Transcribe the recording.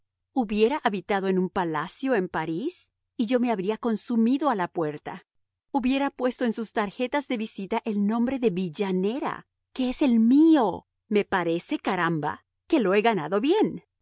hubiera habitado en un palacio en parís y yo me habría consumido a la puerta hubiera puesto en sus tarjetas de visita el nombre de villanera que es el mío me parece caramba que lo he ganado bien